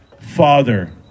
father